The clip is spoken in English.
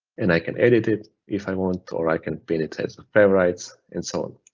and i can edit it if i want or i can pin it as favorites and so on.